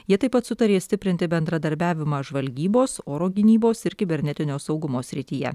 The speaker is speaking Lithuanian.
jie taip pat sutarė stiprinti bendradarbiavimą žvalgybos oro gynybos ir kibernetinio saugumo srityje